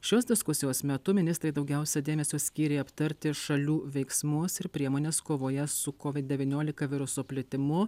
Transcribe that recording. šios diskusijos metu ministrai daugiausia dėmesio skyrė aptarti šalių veiksmus ir priemones kovoje su covid devyniolika viruso plitimu